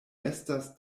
estas